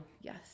Yes